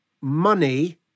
money